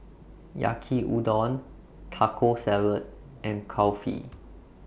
Yaki Udon Taco Salad and Kulfi